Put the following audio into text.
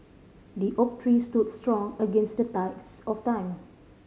the oak tree stood strong against the test of time